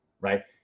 right